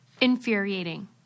infuriating